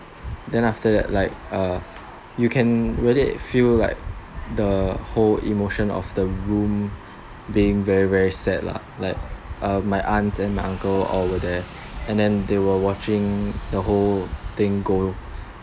then after that like uh you can really feel like the whole emotion of the room being very very sad lah like uh my aunt and my uncle all over there and then they were watching the whole thing go